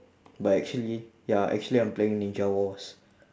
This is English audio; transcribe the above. but actually ya actually I'm playing ninja wars